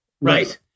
Right